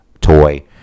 toy